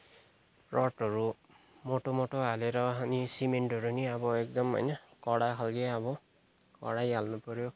रडहरू मोटो मोटो हालेर अनि सिमेन्टहरू पनि अब एकदम कडा खालको अब कडै हाल्नु पऱ्यो